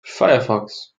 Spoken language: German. firefox